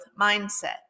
mindset